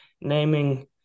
naming